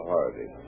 Hardy